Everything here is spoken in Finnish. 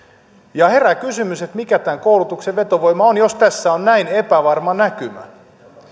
herää kysymys mikä tämän koulutuksen vetovoima on jos tässä on näin epävarma näkymä